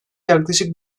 yaklaşık